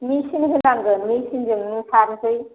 machine होनांगोन मेसिनजोंनो सारनोसै